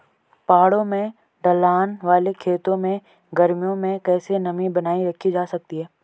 पहाड़ों में ढलान वाले खेतों में गर्मियों में कैसे नमी बनायी रखी जा सकती है?